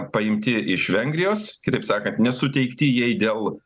paimti iš vengrijos kitaip sakant nesuteikti jai dėl